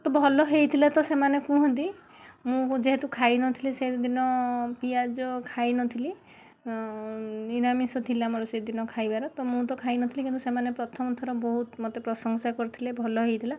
ତ ଭଲ ହେଇଥିଲା ତ ସେମାନେ କୁହନ୍ତି ମୁଁ ଯେହେତୁ ଖାଇନଥିଲି ସେଦିନ ପିଆଜ ଖାଇନଥିଲି ନିରାମିଷ ଥିଲା ମୋର ସେଦିନ ଖାଇବାର ତ ମୁଁ ତ ଖାଇ ନଥିଲି କିନ୍ତୁ ସେମାନେ ପ୍ରଥମଥର ବହୁତ ମୋତେ ପ୍ରଶଂସା କରିଥିଲେ ଭଲ ହେଇଥିଲା